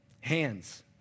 Hands